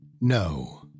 no